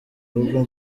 rugo